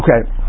okay